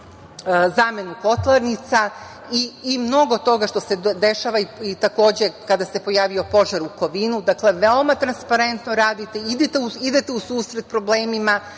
zamenu kotlarnica i mnogo toga što se dešava i, takođe, kada se pojavio požar u Kovinu. Dakle, veoma transparentno radite, idete u susret problemima.